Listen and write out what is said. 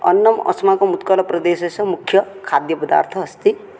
अन्नम् अस्माकम् उत्कलप्रदेशस्य मुख्यखाद्यपदार्थः अस्ति